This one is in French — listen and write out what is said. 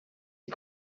est